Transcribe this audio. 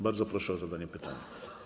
Bardzo proszę o zadanie pytania.